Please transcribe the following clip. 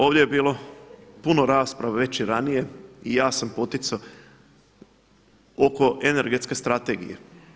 Ovdje je bilo puno rasprave već i ranije i ja sam poticao oko Energetske strategije.